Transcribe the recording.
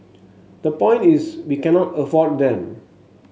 the point is we cannot afford them